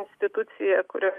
institucija kurioj